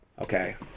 okay